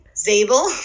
Zabel